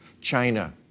China